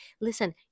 Listen